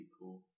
cool